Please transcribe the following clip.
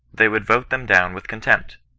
they would vote them down with contempt.